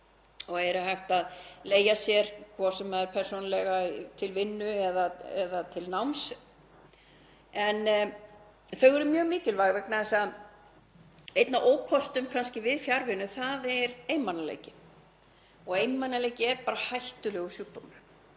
og er hægt að leigja sér, hvort sem er persónulega til vinnu eða til náms. Þau eru mjög mikilvæg vegna þess að einn af ókostum við fjarvinnu er einmanaleiki og einmanaleiki er bara hættulegur sjúkdómur.